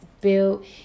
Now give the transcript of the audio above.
built